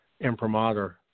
imprimatur